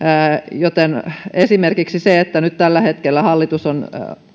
joten esimerkiksi se että nyt tällä hetkellä hallitus on